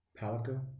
Palico